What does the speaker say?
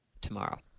tomorrow